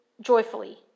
joyfully